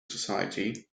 society